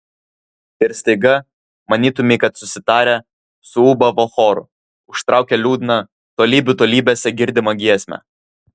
ir staiga manytumei kad susitarę suūbavo choru užtraukė liūdną tolybių tolybėse girdimą giesmę